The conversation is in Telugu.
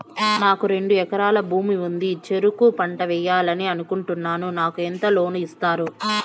నాకు రెండు ఎకరాల భూమి ఉంది, చెరుకు పంట వేయాలని అనుకుంటున్నా, నాకు ఎంత లోను ఇస్తారు?